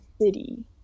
city